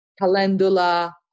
calendula